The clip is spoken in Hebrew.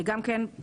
גם כן,